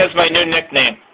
ah my new nickname.